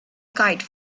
kite